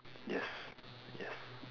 yes yes